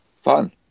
fun